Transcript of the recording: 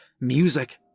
music